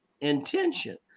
intention